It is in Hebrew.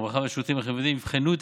הרווחה והשירותים החברתיים יבחנו את